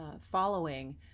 following